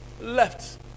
Left